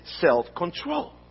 self-control